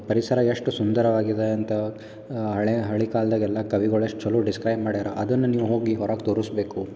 ಪರಿಸರ ಎಷ್ಟು ಸುಂದರವಾಗಿದೆ ಅಂತ ಹಳೆ ಹಳೆ ಕಾಲ್ದಗೆ ಎಲ್ಲ ಕವಿಗಳ್ ಎಷ್ಟು ಚಲೋ ಡಿಸ್ಕ್ರೈಬ್ ಮಾಡ್ಯಾರೆ ಅದನ್ನು ನೀವು ಹೋಗಿ ಹೊರಗೆ ತೋರಿಸ್ಬೇಕು